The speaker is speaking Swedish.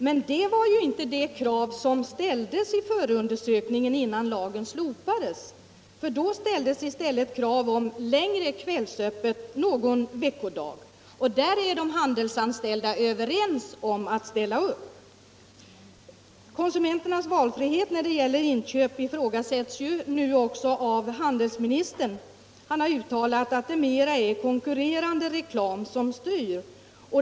Och det stämmer inte med det krav som ställdes i den förundersökning som gjordes innan lagen slopades. Då ställdes nämligen krav på längre kvällsöppet någon vardag, och det kravet är de handelsanställda överens om att ställa upp på. Konsumenternas valfrihet när det gäller inköp ifrågasätts nu också av handelsministern, som uttalat att det mera är konkurrerande reklam som styr.